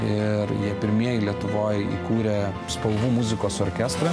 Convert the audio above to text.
ir jie pirmieji lietuvoj įkūrė spalvų muzikos orkestrą